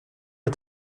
est